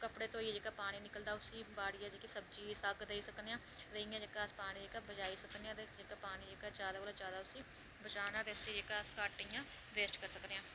कपड़े धोइयै जेह्का पानी निकलदा उसी बी बाड़िया जेह्की सब्जी साग देई सकनेआं ते इ'यां जेह्का पानी बचाई सकनेआं जेह्का पानी जेह्का जैदा कोला जैदा उसी बचाना ते उसी जेह्का घट्ट इ'यां वेस्ट करी सकने आं